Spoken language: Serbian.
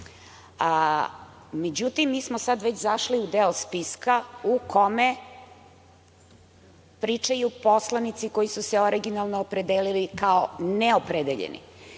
Međutim, mi smo sada već zašli u deo spiska u kome pričaju poslanici koji su se originalno opredelili kao neopredeljeni.I